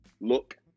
look